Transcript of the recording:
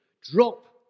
Drop